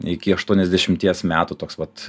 iki aštuoniasdešimties metų toks vat